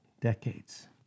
decades